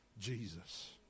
Jesus